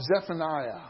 Zephaniah